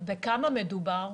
במיפוי בכלל המדינה,